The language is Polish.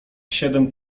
siedem